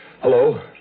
Hello